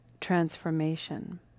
transformation